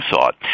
thought